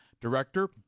Director